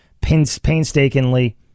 painstakingly